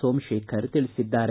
ಸೋಮಶೇಖರ್ ತಿಳಿಸಿದ್ದಾರೆ